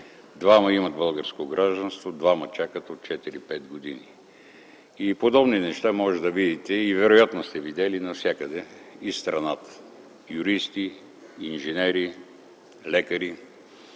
Двама имат българско гражданство, двама чакат от 4 5 години. Подобни неща може да видите и вероятно сте видели навсякъде из страната – юристи, инженери, лекари